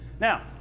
now